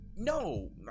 no